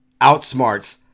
outsmarts